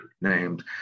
named